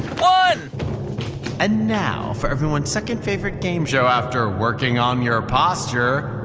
one and now for everyone's second-favorite game show after working on your posture.